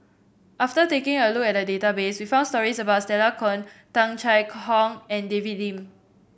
after taking a look at the database we found stories about Stella Kon Tung Chye Hong and David Lim